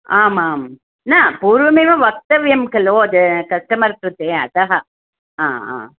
आमां न पूर्वमेव वक्तव्यं खलु कस्टमर्स् कृते अतः हा हा